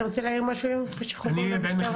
אתה רוצה להעיר משהו לפני שאנחנו עוברים למשטרה?